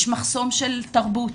יש מחסום של תרבות.